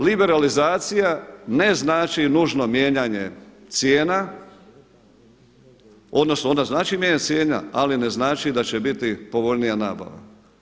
Liberalizacija ne znači nužno mijenjanje cijena, odnosno ona znači mijenjanje cijena, ali ne znači da će biti povoljnija nabava.